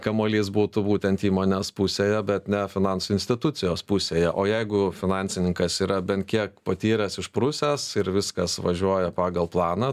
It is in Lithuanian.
kamuolys būtų būtent įmonės pusėje bet ne finansų institucijos pusėje o jeigu finansininkas yra bent kiek patyręs išprusęs ir viskas važiuoja pagal planą